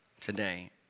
today